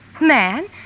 Man